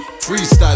Freestyle